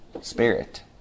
Spirit